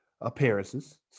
appearances